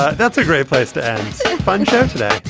that's a great place to end so a fun show today.